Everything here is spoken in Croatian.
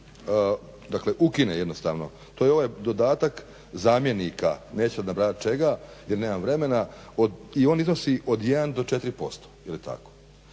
dakle ukine jednostavno. To je ovaj dodatak zamjenika, nećemo nabrajati čega jer nemam vremena i on iznosi od 1 do 4% jeli tako.